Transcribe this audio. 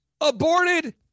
Aborted